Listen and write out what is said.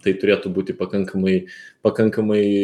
tai turėtų būti pakankamai pakankamai